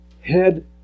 Head